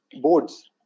boards